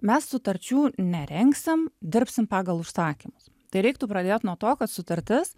mes sutarčių ne rengsim dirbsim pagal užsakymus tai reiktų pradėt nuo to kad sutartis